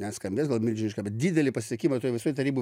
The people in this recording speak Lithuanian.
neskambės gal milžinišką bet didelį pasisekimą toj visoj tarybų